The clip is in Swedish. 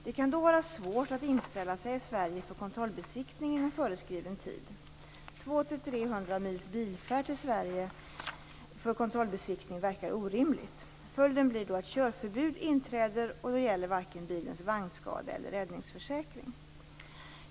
Det kan då vara svårt att inställa sig i Sverige för kontrollbesiktning inom föreskriven tid. 200-300 mils bilfärd till Sverige för kontrollbesiktning verkar orimligt. Följden blir då att körförbud inträder, och då gäller varken bilens vagnskade eller räddningsförsäkring.